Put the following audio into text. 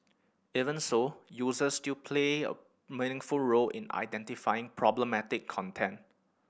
even so users still play a meaningful role in identifying problematic content